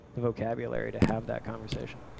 vocabulary to have that conversation.